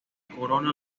corona